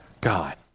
God